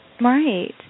Right